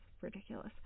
Ridiculous